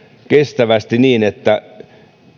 kestävästi niin että